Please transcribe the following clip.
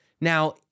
Now